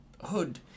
hood